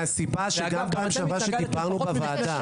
מהסיבה שגם בפעם שעברה שדיברנו בוועדה --- רגע,